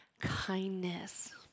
kindness